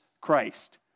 Christ